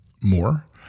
more